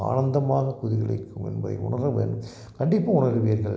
ஆனந்தமாக குதூகலிக்கும் என்பதை உணர வேண்டும் கண்டிப்பாக உணருவீர்கள்